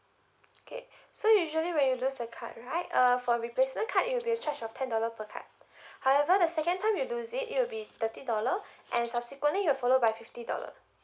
okay so usually when you lose a card right uh for replacement card it'll be a charge of ten dollar per card however the second time you lose it it'll be thirty dollar and subsequently it'll follow by fifty dollar